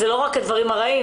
זה לא רק הדברים הרעים,